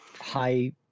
high